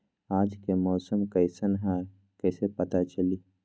आज के मौसम कईसन हैं कईसे पता चली?